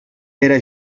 era